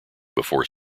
before